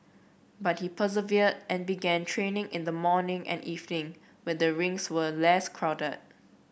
but he persevered and began training in the morning and evening when the rinks were less crowded